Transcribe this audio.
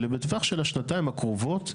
אלא בטווח של השנתיים הקרובות,